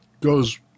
Goes